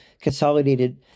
consolidated